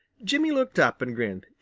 jimmy looked up and grinned.